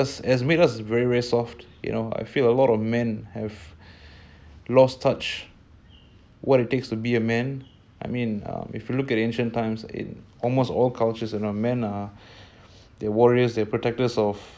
and they I mean they are warriors lah essentially and warriors doesn't mean you have to go and fight a war lah but I mean it's not about fighting a war or what it's more about your role you know as as who you are you know and so like